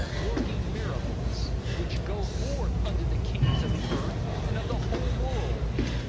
working miracles, which go forth unto the kings of the earth and of the whole world,